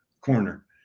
corner